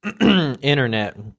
internet